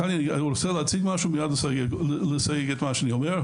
אני רוצה להציג משהו ומיד לסייג את מה שאני אומר.